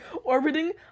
orbiting